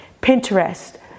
Pinterest